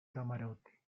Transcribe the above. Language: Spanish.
camarote